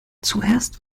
zuerst